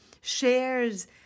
shares